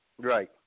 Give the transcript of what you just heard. Right